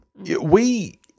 We-